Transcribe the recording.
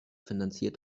finanziert